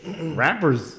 Rappers